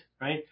right